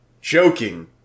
joking